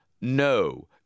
no